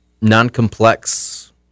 non-complex